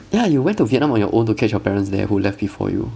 ya you went to vietnam on your own to catch your parents there who left before you